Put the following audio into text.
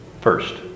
first